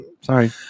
Sorry